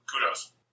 kudos